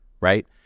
right